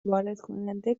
واردکننده